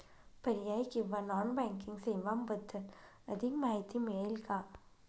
पर्यायी किंवा non banking सेवांबद्दल अधिक माहिती मिळेल का?